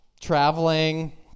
Traveling